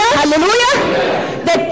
hallelujah